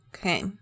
Okay